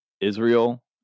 Israel